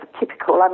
typical